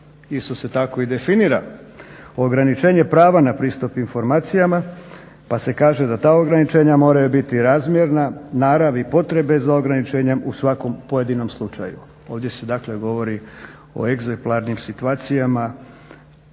Isto se tako i definira ograničenje prava na pristup informacijama pa se kaže da ta ograničenja moraju biti razmjerna naravi potrebe za ograničenjem u svakom pojedinom slučaju. Ovdje se dakle govori o eksemplarnim situacijama